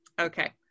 Okay